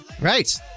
Right